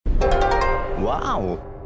Wow